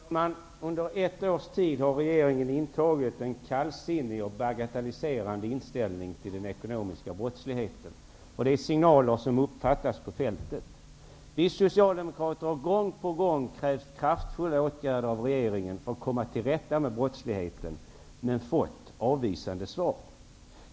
Fru talman! Under ett års tid har regeringen intagit en kallsinnig och bagatelliserande inställning till den ekonomiska brottsligheten. Det är signaler som uppfattas ute på fältet. Vi socialdemokrater har gång på gång krävt kraftfulla åtgärder av regeringen för att komma till rätta med brottsligheten, men fått avvisande svar.